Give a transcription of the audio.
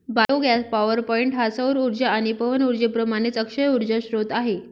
biogas power point हा सौर उर्जा आणि पवन उर्जेप्रमाणेच अक्षय उर्जा स्त्रोत आहे